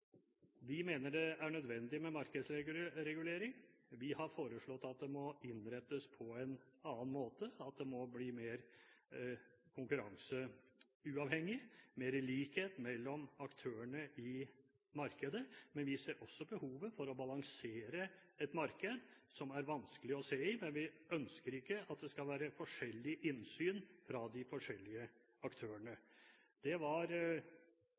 Vi mener det er nødvendig med markedsregulering. Vi har foreslått at den må innrettes på en annen måte, at den må bli mer konkurranseuavhengig, med mer likhet mellom aktørene i markedet. Vi ser også behovet for å balansere et marked som er vanskelig å se i, men vi ønsker ikke at det skal være forskjellig innsyn for de forskjellige aktørene. Det var